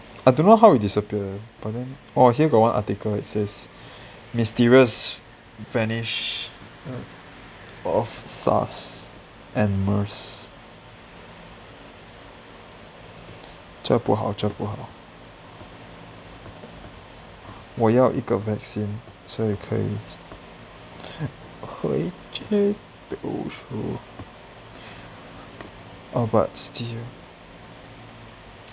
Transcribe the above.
I don't know how it disappear eh but then oh here got one article it says mysterious vanish of SARS and MERS 这不好这不好我要一个 vaccine 所以可以可以 oh but still